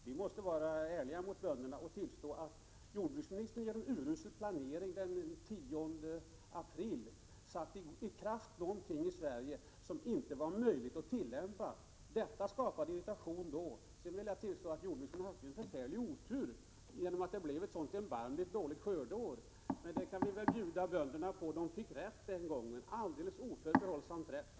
Vi måste vara ärliga mot bönderna och tillstå att jordbruksministern genom urusel planering den 10 april satte i kraft någonting i Sverige som inte var möjligt att tillämpa. Det skapade irritation då. Sedan vill jag tillstå att jordbruksministern hade otur genom att det blev ett sådant erbarmligt dåligt skördeår. Vi kan väl bjuda bönderna på att de hade rätt den gången — alldeles oförbehållsamt rätt.